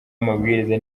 amabwiriza